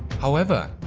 however,